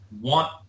want